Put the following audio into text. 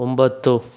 ಒಂಬತ್ತು